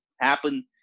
happen